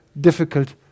difficult